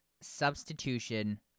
substitution